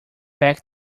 pack